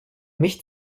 mich